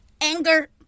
anger